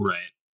Right